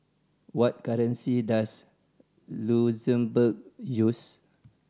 what currency does Luxembourg use